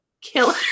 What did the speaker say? killer